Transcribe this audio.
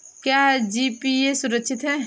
क्या जी.पी.ए सुरक्षित है?